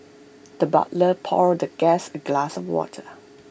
the butler poured the guest A glass of water